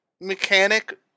mechanic